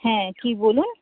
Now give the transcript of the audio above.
হ্যাঁ কী বলুন